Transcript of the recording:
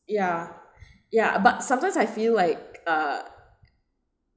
ya ya but sometimes I feel like uh